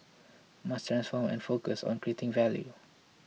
must transform and focus on creating value